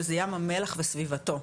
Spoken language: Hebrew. שזה ים המלח וסביבתו,